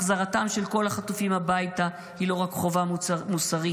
החזרתם של כל החטופים הביתה היא לא רק חובה מוסרית,